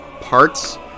parts